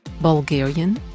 Bulgarian